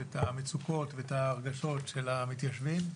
את המצוקות ואת הרגשות של המתיישבים,